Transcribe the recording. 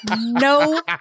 no